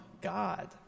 God